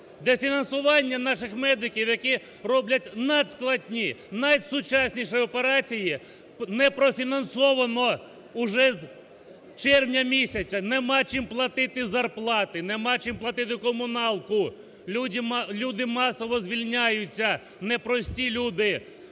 Де фінансування наших медиків, які роблять надскладні, найсучасніші? Не профінансовано вже з червня місяця! Нема чим платити зарплати, нема чим платити комуналку! Люди масово звільняються, не прості люди,